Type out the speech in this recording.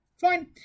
Fine